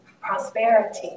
prosperity